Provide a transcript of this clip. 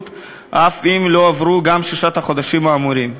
אף אם לא עברו ששת החודשים האמורים.